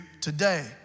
today